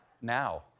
now